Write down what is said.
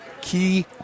key